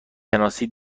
شناسی